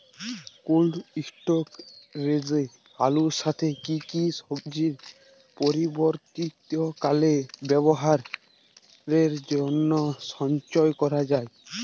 Cold স্টোরেজে আলুর সাথে কি কি সবজি পরবর্তীকালে ব্যবহারের জন্য সঞ্চয় করা যায়?